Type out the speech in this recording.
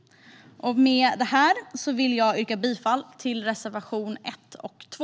Med det vill jag yrka bifall till reservationerna 1 och 2.